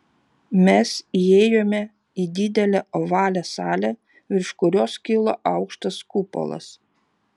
mes įėjome į didelę ovalią salę virš kurios kilo aukštas kupolas